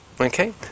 Okay